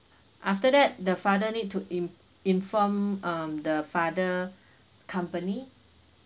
after that the father need to in~ inform um the father company